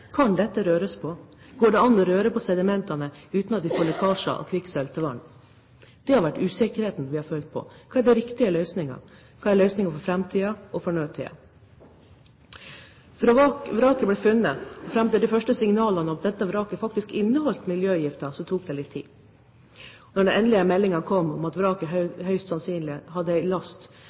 Kan dette berøres? Går det an å berøre sedimentene uten at vi får lekkasje av kvikksølv til vann? Det har vært usikkerheten vi har følt på. Hva er den riktige løsningen? Hva er løsningen for framtiden – og for nåtiden? Fra vraket ble funnet fram til de første signalene om at dette vraket faktisk inneholdt miljøgifter, tok det litt tid. Når endelig meldingen kom om at vraket høyst sannsynlig hadde en last